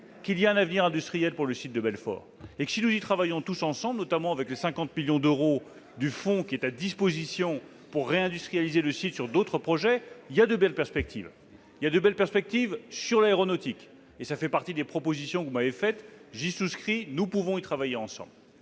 qu'il y a un avenir industriel pour le site de Belfort. Si nous y travaillons tous ensemble, notamment en utilisant les 50 millions d'euros du fonds qui a été mis à disposition pour réindustrialiser ce site avec d'autres projets, il y a de belles perspectives. Il y a des perspectives pour l'aéronautique, qui faisaient partie des propositions que vous m'avez faites et auxquelles je souscris ; nous pouvons y travailler ensemble.